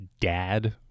dad